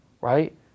right